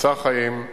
"מבצע חיים",